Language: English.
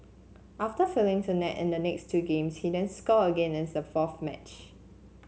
after failing to net in the next two games he then scored again in the fourth match